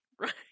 right